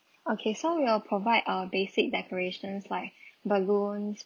okay so we will provide uh basic decorations life balloon